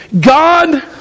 God